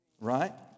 Right